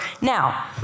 Now